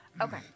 Okay